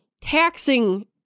taxing